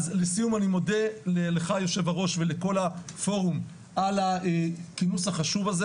אז לסיום אני מודה לך היו"ר ולכל הפורום על הכינוס החשוב הזה,